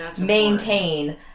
maintain